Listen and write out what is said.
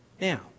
Now